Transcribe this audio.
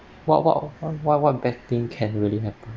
what what what what bad thing can really happen